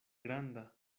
granda